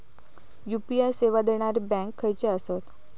UPI सेवा देणारे bank खयचे आसत?